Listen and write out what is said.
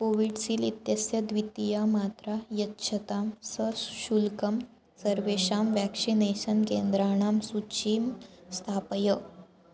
Covishield इत्यस्य द्वितीया मात्रा यच्छतां सशुल्कं सर्वेषां व्याक्षिनेषन् केन्द्राणां सूचीं स्थापय